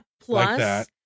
Plus